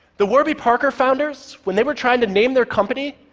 the warby parker founders, when they were trying to name their company,